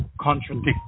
contradict